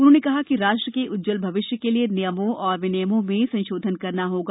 उन्होंने कहा कि राष्ट्र के उज्ज्वल अविष्य के लिए नियमों और विनियमों में संशोधन करना करना होगा